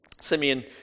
Simeon